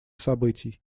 событий